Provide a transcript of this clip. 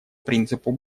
принципу